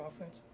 offense